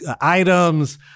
items